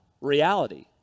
reality